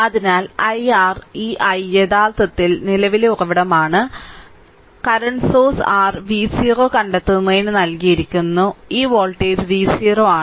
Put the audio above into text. അതിനാൽ i r ഈ i യഥാർത്ഥത്തിൽ നിലവിലെ ഉറവിടമാണ് നിലവിലെ ഉറവിടം r v0 കണ്ടെത്തുന്നതിന് നൽകിയിരിക്കുന്നു ഈ വോൾട്ടേജ് v0 ആണ്